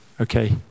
okay